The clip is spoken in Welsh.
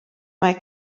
mae